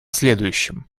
следующем